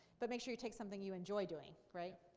but make sure you take something you enjoy doing, right?